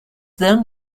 then